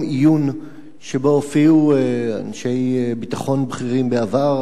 עיון שבו הופיעו אנשי ביטחון בכירים בעבר,